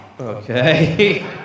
Okay